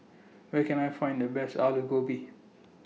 Where Can I Find The Best Alu Gobi